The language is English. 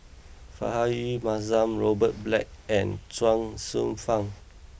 Rahayu Mahzam Robert Black and Chuang Hsueh Fang